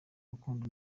rukundo